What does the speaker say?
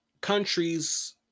Countries